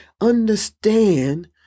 Understand